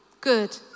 good